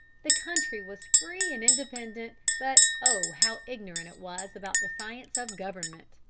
the country was free and independent, but, oh, how ignorant it was about the science of government!